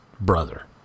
brother